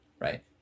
right